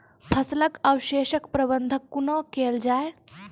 फसलक अवशेषक प्रबंधन कूना केल जाये?